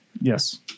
Yes